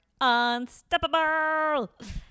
unstoppable